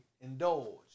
indulge